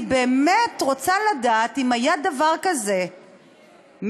אני באמת רוצה לדעת אם היה דבר כזה מאז,